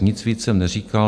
Nic víc jsem neříkal.